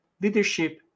leadership